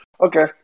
okay